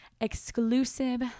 exclusive